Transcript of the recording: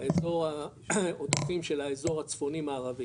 האזור העודפים של האזור הצפוני-מערבי,